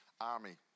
army